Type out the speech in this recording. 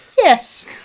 Yes